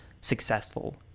successful